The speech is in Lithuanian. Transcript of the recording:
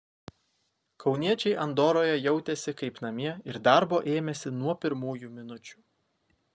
kauniečiai andoroje jautėsi kaip namie ir darbo ėmėsi nuo pirmųjų minučių